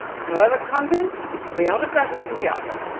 and whoever conquers shall be autocrat of mutjado.